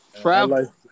Travel